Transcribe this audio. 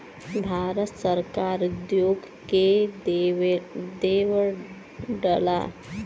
भारत सरकार उद्योग के देवऽला